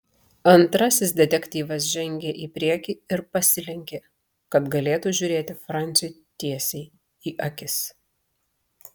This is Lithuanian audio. antrasis detektyvas žengė į priekį ir pasilenkė kad galėtų žiūrėti franciui tiesiai į akis